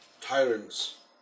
tyrants